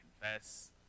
confess